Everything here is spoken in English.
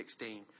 2016